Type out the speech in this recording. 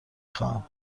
خواهم